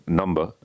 number